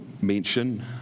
mention